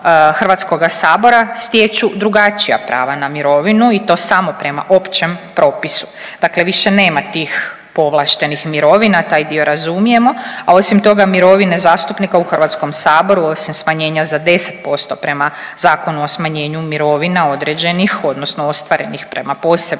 saziva HS-a stječu drugačija prava na mirovinu i to samo prema općem propisu. Dakle više nema tih povlaštenih mirovina, taj dio razumijemo, a osim toga, mirovine zastupnika u HS-u osim smanjenja za 10% prema Zakona o smanjenju mirovina određenih odnosno ostvarenih prema posebnim